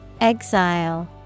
Exile